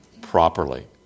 properly